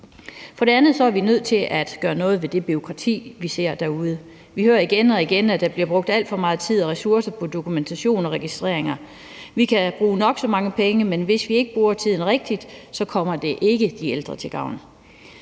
For det andet er vi nødt til at gøre noget ved det bureaukrati, vi ser derude. Vi hører igen og igen, at der bliver brugt alt for meget tid og alt for mange ressourcer på dokumentation og registreringer. Vi kan bruge nok så mange penge, men hvis vi ikke bruger tiden rigtigt, kommer det ikke de ældre til gavn.